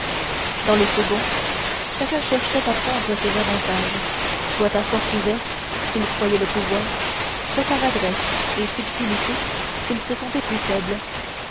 dans le second chacun cherchait à prendre ses avantages soit à force ouverte s'il croyait le pouvoir soit par adresse et subtilité s'il se sentait le plus faible